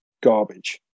garbage